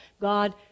God